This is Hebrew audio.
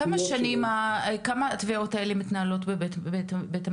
כמה זמן התביעות האלה מתנהלות בבית המשפט?